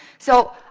so,